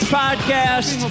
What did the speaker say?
podcast